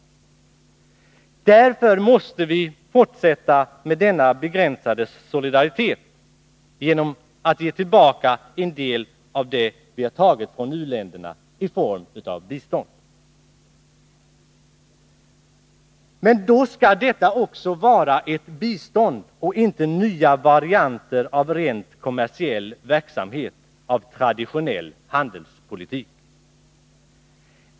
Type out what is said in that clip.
Därför måste vi fortsätta med denna begränsade solidaritet genom att ge tillbaka en del av det vi har tagit från u-länderna i form av bistånd. Men då skall detta också vara ett bistånd och inte nya varianter av rent kommersiell verksamhet, av traditionell handelspolitik.